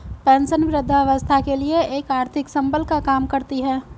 pension वृद्धावस्था के लिए एक आर्थिक संबल का काम करती है